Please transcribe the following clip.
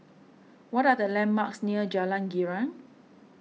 what are the landmarks near Jalan Girang